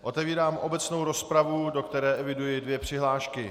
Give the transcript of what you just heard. Otevírám obecnou rozpravu, do které eviduji dvě přihlášky.